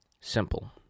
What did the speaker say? Simple